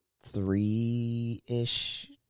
three-ish